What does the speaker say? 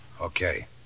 Okay